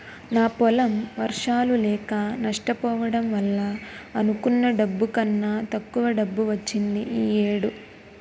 నా పొలం వర్షాలు లేక నష్టపోవడం వల్ల అనుకున్న డబ్బు కన్నా తక్కువ డబ్బు వచ్చింది ఈ ఏడు